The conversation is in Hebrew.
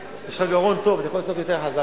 יש לך גרון טוב, אתה יכול לצעוק יותר חזק.